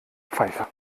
pfeife